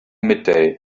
midday